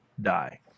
die